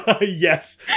Yes